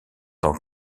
tant